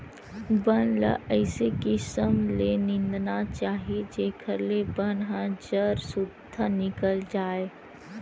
बन ल अइसे किसम ले निंदना चाही जेखर ले बन ह जर सुद्धा निकल जाए